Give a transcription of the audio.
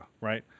right